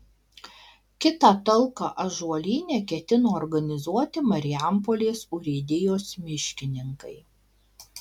kitą talką ąžuolyne ketina organizuoti marijampolės urėdijos miškininkai